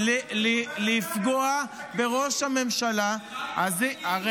-- לפגוע בראש הממשלה --- ומה עם מפגינים?